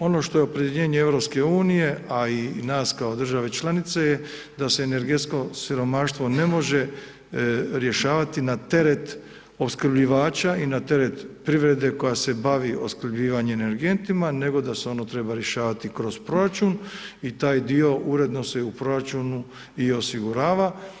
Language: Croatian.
Ono što je opredjeljenje EU, a i nas kao države članice je da se energetsko siromaštvo ne može rješavati na teret opskrbljivača i na teret privrede koja se bavi opskrbljivanjem energentima nego da se ono treba rješavati kroz proračun i taj dio uredno se u proračunu i osigurava.